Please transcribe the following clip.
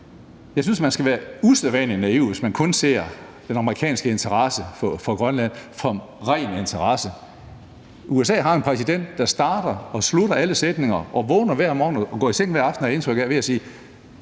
Jeg synes, man skal være usædvanlig naiv, hvis man kun ser den amerikanske interesse for Grønland som ren interesse. USA har en præsident, der starter og slutter alle sætninger og vågner hver morgen og går i seng hver aften, har jeg indtryk af, ved at sige: